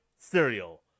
cereal